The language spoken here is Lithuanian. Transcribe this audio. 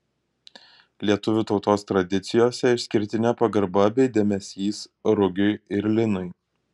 lietuvių tautos tradicijose išskirtinė pagarba bei dėmesys rugiui ir linui